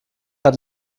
hat